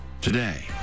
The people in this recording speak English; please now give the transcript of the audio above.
today